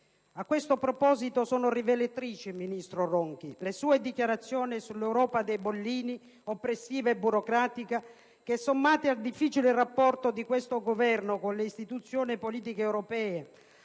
A questo proposito sono rivelatrici, ministro Ronchi, le sue dichiarazioni sull'Europa dei bollini, oppressiva e burocratica, che sommate al difficile rapporto di questo Governo con le istituzioni politiche europee,